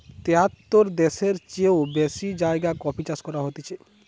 তেয়াত্তর দ্যাশের চেও বেশি জাগায় কফি চাষ করা হতিছে